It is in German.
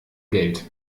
geld